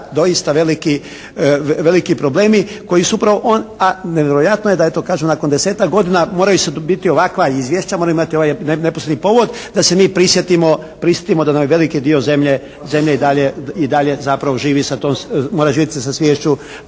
doista veliki problemi koji su upravo, a nevjerojatno da eto kažem nakon desetak godina moraju biti ovakva izvješća, moraju imati ovaj neposredni povod da se mi prisjetimo da nam je veliki dio zemlje i dalje zapravo živi sa tom, mora živjeti sa sviješću